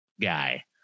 guy